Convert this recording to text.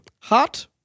hot